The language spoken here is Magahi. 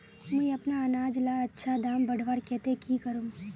मुई अपना अनाज लार अच्छा दाम बढ़वार केते की करूम?